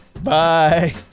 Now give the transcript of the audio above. Bye